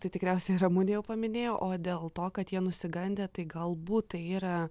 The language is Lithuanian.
tai tikriausiai ramunė jau paminėjo o dėl to kad jie nusigandę tai galbūt tai yra